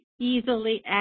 easily